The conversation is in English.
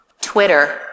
twitter